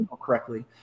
correctly